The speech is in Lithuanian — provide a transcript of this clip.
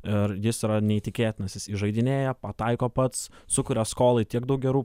ir jis yra neįtikėtinas jis įžeidinėja pataiko pats sukuria skolai tiek daug gerų